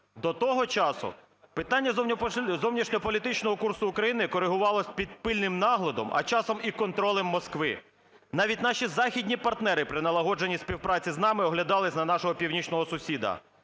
До того часу питання зовнішньополітичного курсу України корегувалося під пильним наглядом, а часом і контролем Москви. Навіть наші західні партнери при налагоджені співпраці з нами оглядалися на нашого північного сусіда.